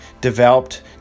developed